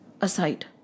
aside